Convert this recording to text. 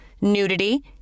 Nudity